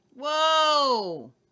Whoa